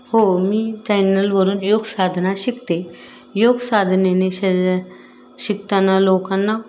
हो मी चायनलवरून योगसाधना शिकते योगसाधनेने शरीर शिकताना लोकांना